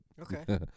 okay